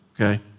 Okay